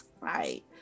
right